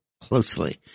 closely